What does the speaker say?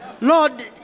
Lord